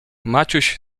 maciuś